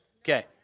Okay